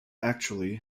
actually